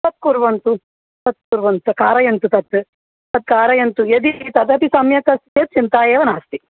तत् कुर्वन्तु तत् कुर्वन्तु कारयन्तु तत् तत् कारयन्तु यदि तदपि सम्यक् अस्ति चेत् चिन्ता एव नास्ति